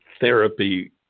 therapy